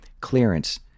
clearance